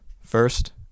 first